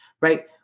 right